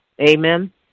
Amen